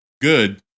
good